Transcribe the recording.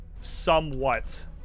somewhat